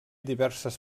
diverses